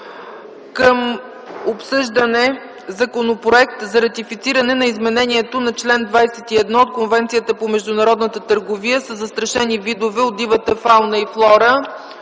гласуване Законопроект за ратифициране на изменението на чл. ХХІ от Конвенцията по международната търговия със застрашени видове от дивечовата фауна и флора,